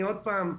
עוד פעם,